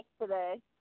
today